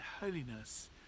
holiness